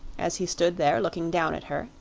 as he stood there looking down at her,